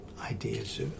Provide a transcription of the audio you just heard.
ideas